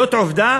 זאת עובדה